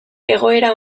egoera